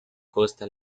costa